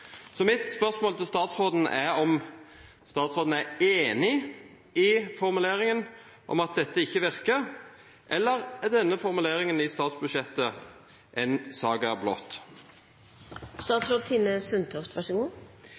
Mitt spørsmål til statsråden er om statsråden er enig i formuleringen om at dette ikke virker. Eller er denne formuleringen i statsbudsjettet «en saga